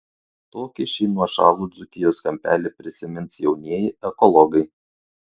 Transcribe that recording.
tokį šį nuošalų dzūkijos kampelį prisimins jaunieji ekologai